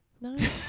No